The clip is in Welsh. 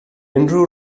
unrhyw